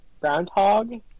groundhog